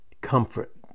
comfort